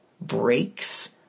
breaks